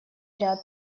ряд